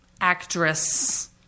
actress